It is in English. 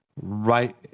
right